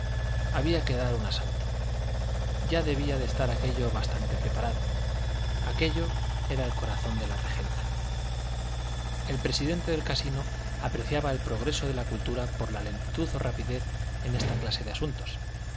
había que dar un asalto ya debía de estar aquello bastante preparado aquello era el corazón de la regenta el presidente del casino apreciaba el progreso de la cultura por la lentitud o rapidez en esta clase de asuntos